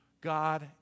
God